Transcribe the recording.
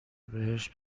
بهشت